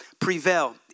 prevail